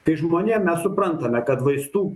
kai žmonėm mes suprantame kad vaistų